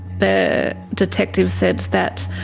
the detective said that